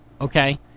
okay